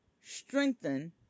Strengthen